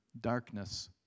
darkness